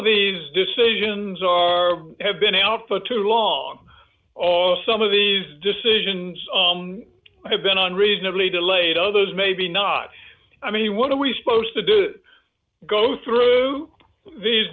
of these decisions are have been alpha too long all some of these decisions have been on reasonably delayed others maybe not i mean what are we supposed to do go through these